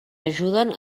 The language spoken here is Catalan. ajuden